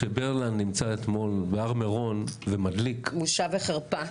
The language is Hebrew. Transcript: כשברלנד נמצא אתמול בהר מירון ומדליק --- בושה וחרפה.